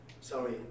Sorry